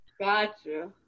Gotcha